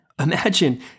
imagine